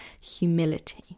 humility